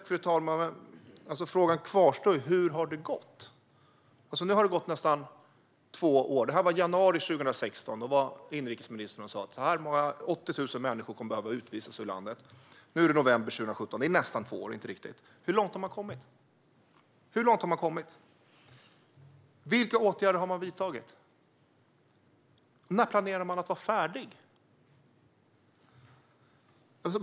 Fru talman! Frågan kvarstår. Hur har det gått? Nu har det gått nästan två år. I januari 2016 sa inrikesministern att 80 000 skulle behöva utvisas ur landet. Nu är det november 2017. Hur långt har man kommit? Vilka åtgärder har man vidtagit? När planerar man att vara färdig?